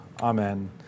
amen